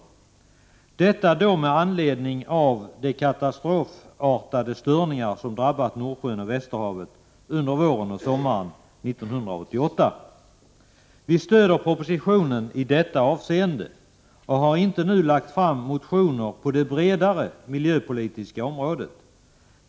Detta då med anledning av de katastrofartade störningar som drabbat Nordsjön och västerhavet under våren och sommaren 1988. Vi stöder propositionen i detta avseende och har inte nu lagt fram motioner på det bredare miljöpolitiska området.